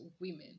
women